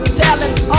talents